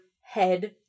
head